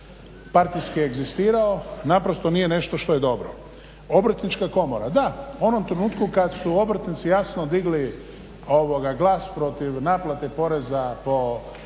partijski egzistirao naprosto nije nešto što je dobro. Obrtnička komora da u onom trenutku kad su obrtnici jasno digli ovoga glas protiv naplate poreza po